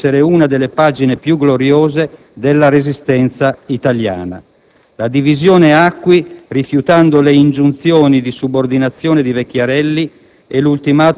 definì essere una delle pagine più gloriose della Resistenza italiana. La Divisione Acqui, rifiutando le ingiunzioni di subordinazione di Vecchiarelli